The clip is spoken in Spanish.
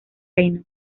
reino